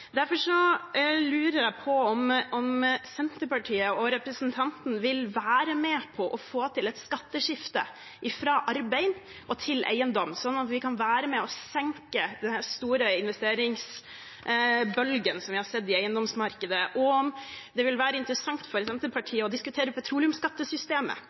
Derfor lurer jeg på om Senterpartiet og representanten vil være med på å få til et skatteskifte fra arbeid og til eiendom, sånn at vi kan være med og senke denne store investeringsbølgen som vi har sett i eiendomsmarkedet, og om det vil være interessant for